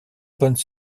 bonnes